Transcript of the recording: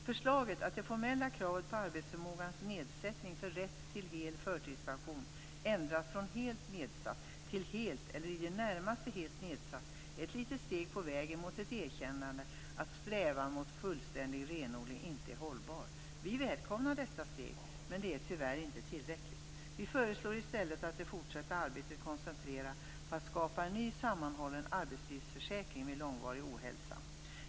Förslaget att det formella kravet på arbetsförmågans nedsättning för rätt till hel förtidspension ändras från "helt nedsatt" till "helt eller i det närmaste helt nedsatt" är ett litet steg på vägen mot ett erkännande att strävan mot fullständig renodling inte är hållbar. Vi välkomnar detta steg, men det är tyvärr inte tillräckligt. Vi föreslår i stället att det fortsatta arbetet koncentreras på att skapa en ny, sammanhållen "arbetslivsförsäkring" vid långvarig ohälsa.